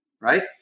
right